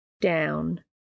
down